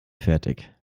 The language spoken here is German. fertig